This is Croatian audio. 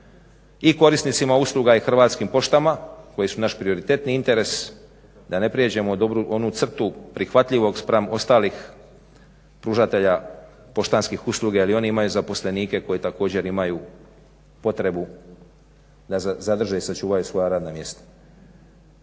i korisnicima usluga i Hrvatskim poštama koje su naš prioritetni interes, da ne prijeđemo onu crtu prihvatljivog spram ostalih pružatelja poštanskih usluga jer i oni imaju zaposlenike koji također imaju potrebu da zadrže i sačuvaju svoja radna mjesta.